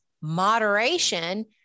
moderation